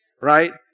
Right